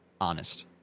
honest